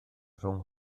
rhwng